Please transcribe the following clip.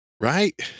Right